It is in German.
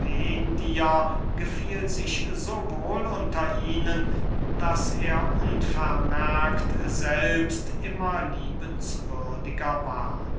gefiel sich so wohl unter ihnen daß er unvermerkt selbst immer liebenswürdiger ward